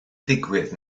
ddigwydd